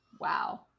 wow